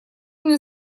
мне